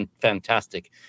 fantastic